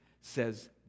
says